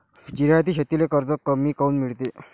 जिरायती शेतीले कर्ज कमी काऊन मिळते?